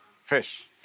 fish